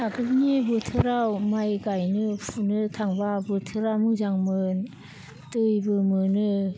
आगोलनि बोथोराव माइ गायनो फुनो थांब्ला बोथोरा मोजांमोन दैबो मोनो